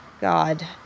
God